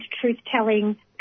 truth-telling